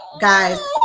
guys